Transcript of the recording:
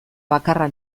bakarra